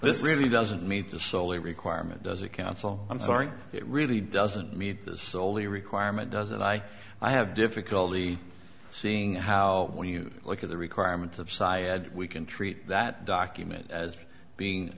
this really doesn't meet the soli requirement does it counsel i'm sorry it really doesn't meet this only requirement does it i i have difficulty seeing how when you look at the requirements of siad we can treat that document as being